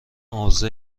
عرضه